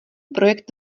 projekt